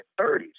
30s